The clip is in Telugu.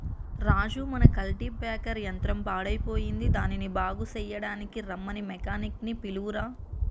రాజు మన కల్టిప్యాకెర్ యంత్రం పాడయ్యిపోయింది దానిని బాగు సెయ్యడానికీ రమ్మని మెకానిక్ నీ పిలువురా